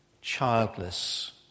childless